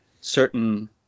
certain